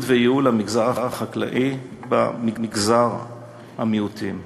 וייעול של המגזר החקלאי במגזר המיעוטים.